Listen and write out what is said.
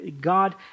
God